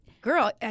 girl